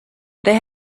they